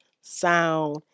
sound